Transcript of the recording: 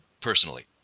personally